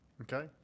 Okay